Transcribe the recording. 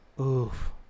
oof